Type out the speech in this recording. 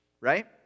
right